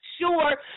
sure